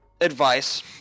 advice